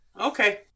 okay